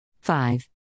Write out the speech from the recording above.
five